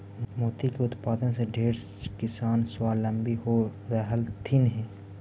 मोती के उत्पादन से ढेर किसान स्वाबलंबी हो रहलथीन हे